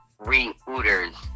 Reuters